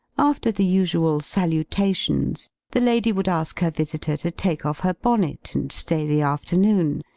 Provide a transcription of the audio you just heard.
after the usual salutations, the lady would ask her visitor to take off her bonnet and stay the afternoon,